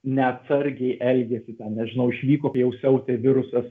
neatsargiai elgėsi ten nežinau išvyko kai jau siautė virusas